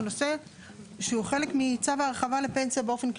נושא שהוא חלק מצו ההרחבה לפנסיה באופן כללי.